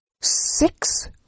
six